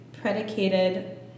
Predicated